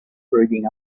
reading